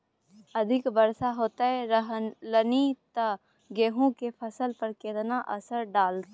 अधिक वर्षा होयत रहलनि ते गेहूँ के फसल पर केतना असर डालतै?